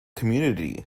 community